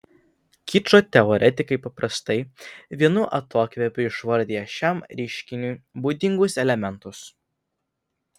kičo teoretikai paprastai vienu atokvėpiu išvardija šiam reiškiniui būdingus elementus